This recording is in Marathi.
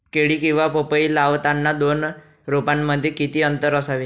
केळी किंवा पपई लावताना दोन रोपांमध्ये किती अंतर असावे?